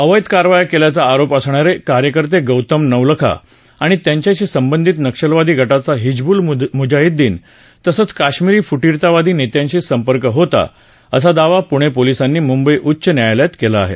अवैध कारवाया केल्याचा आरोप असणारे कार्यकर्ते गौतम नवलखा आणि त्यांच्याशी संबंधित नक्षलवादी गटाचा हिजबूल मुजाहिदीन तसंच कश्मीरी फुटीरतावादी नेत्यांशी संपर्क होता असा दावा पूणे पोलिसांनी मुंबई उच्च न्यायालयात केला आहे